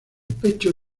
pecho